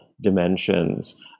dimensions